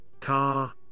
car